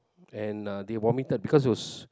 and uh they vomited because it was